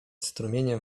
strumieniem